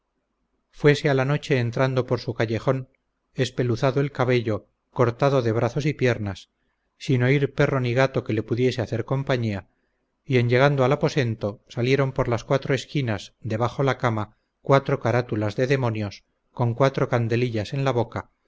fuese a la noche entrando por su callejón espeluzado el cabello cortado de brazos y piernas sin oír perro ni gato que le pudiese hacer compañía y en llegando al aposento salieron por las cuatro esquinas debajo la cama cuatro carátulas de demonios con cuatro candelillas en la boca